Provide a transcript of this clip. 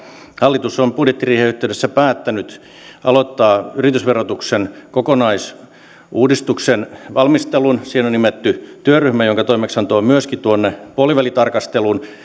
hallitus on budjettiriihen yhteydessä päättänyt aloittaa yritysverotuksen kokonaisuudistuksen valmistelun siihen on nimetty työryhmä jonka toimeksianto on myöskin tuonne puolivälitarkasteluun